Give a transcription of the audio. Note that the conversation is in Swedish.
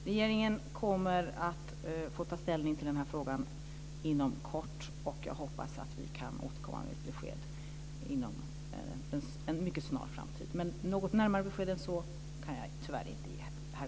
Regeringen kommer att få ta ställning till denna fråga inom kort, och jag hoppas att vi kan återkomma med ett besked inom en mycket snar framtid. Men något närmare besked än så kan jag tyvärr inte ge Per